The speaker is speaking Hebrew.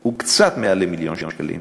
הוא קצת מעל מיליון שקלים.